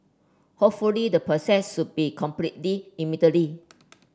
hopefully the process should be completed immediately